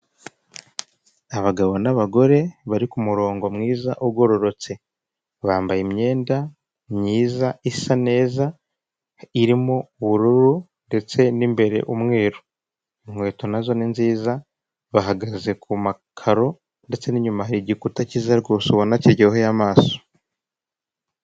Inzu igurishwa iherereye i Kigali Kibagabaga ku giciro cya miliyoni ijana na mirongo ine ku mafaranga y'u rwanda nziza hose ifite amakaro kandi ikinze neza.